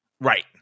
right